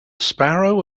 sparrow